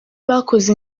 bakoze